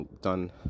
done